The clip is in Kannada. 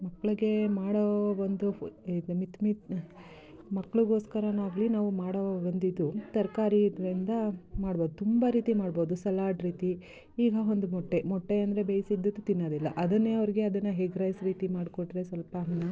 ಮಕ್ಳಿಗೆ ಮಾಡೋ ಒಂದು ಇದು ಮತ್ ಮತ್ ಮಕ್ಳಿಗೋಸ್ಕರನಾಗ್ಲಿ ನಾವು ಮಾಡೋ ಒಂದು ಇದು ತರಕಾರಿ ಇದರಿಂದ ಮಾಡ್ಬೋದು ತುಂಬ ರೀತಿ ಮಾಡ್ಬೋದು ಸಲಾಡ್ ರೀತಿ ಈಗ ಒಂದು ಮೊಟ್ಟೆ ಮೊಟ್ಟೆ ಅಂದರೆ ಬೇಯಿಸಿದ್ದದ್ದು ತಿನ್ನೋದಿಲ್ಲ ಅದನ್ನೇ ಅವ್ರಿಗೆ ಅದನ್ನು ಹೆಗ್ ರೈಸ್ ರೀತಿ ಮಾಡಿಕೊಟ್ರೆ ಸ್ವಲ್ಪ ಅನ್ನ